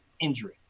injury